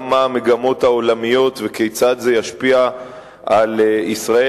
וגם מה המגמות העולמיות וכיצד זה ישפיע על ישראל,